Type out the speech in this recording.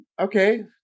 okay